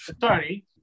Sorry